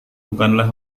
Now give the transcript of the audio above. bukanlah